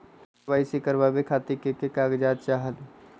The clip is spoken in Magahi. के.वाई.सी करवे खातीर के के कागजात चाहलु?